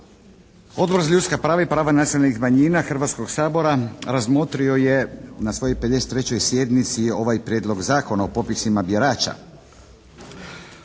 Odbor za ljudska prava i prava nacionalnih manjina Hrvatskog sabora razmotrio je na svojoj 53. sjednici ovaj Prijedlog Zakona o popisima birača.